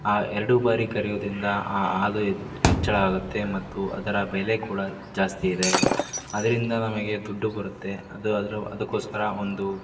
ಆ ಎರಡೂ ಬಾರಿ ಕರೆಯೋದರಿಂದ ಆ ಹಾಲು ಹೆಚ್ಚಳ ಆಗುತ್ತೆ ಮತ್ತು ಅದರ ಬೆಲೆ ಕೂಡ ಜಾಸ್ತಿಯಿದೆ ಅದರಿಂದ ನಮಗೆ ದುಡ್ಡು ಬರುತ್ತೆ ಅದು ಅದ್ರ ಅದಕ್ಕೋಸ್ಕರ ಒಂದು